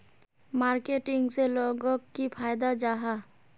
Marketing से लोगोक की फायदा जाहा?